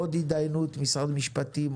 עוד הידיינות משרד המשפטים,